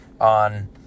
on